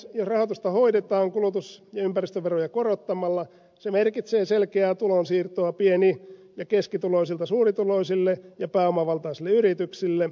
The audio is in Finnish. jos rahoitusta hoidetaan kulutus ja ympäristöveroja korottamalla se merkitsee selkeää tulonsiirtoa pieni ja keskituloisilta suurituloisille ja pääomavaltaisille yrityksille